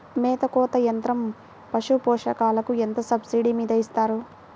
మేత కోత యంత్రం పశుపోషకాలకు ఎంత సబ్సిడీ మీద ఇస్తారు?